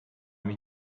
mich